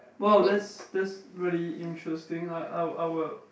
wow that's that's really interesting I I I would